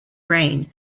rain